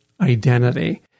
identity